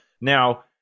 Now